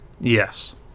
Yes